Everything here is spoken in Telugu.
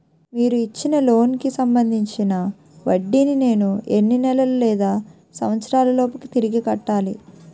మీరు ఇచ్చిన లోన్ కి సంబందించిన వడ్డీని నేను ఎన్ని నెలలు లేదా సంవత్సరాలలోపు తిరిగి కట్టాలి?